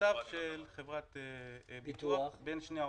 מכתב של חברת ביטוח, התכתבות בין שני עובדים,